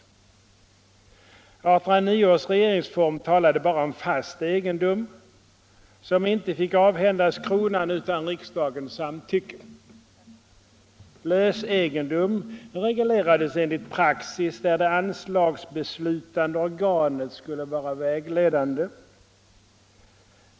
1809 års regeringsform talade bara om fast egendom, som inte fick avhändas kronan utan riksdagens samtycke. Lös egendom reglerades enligt praxis, där anslagsbeslutet skulle vara vägledande.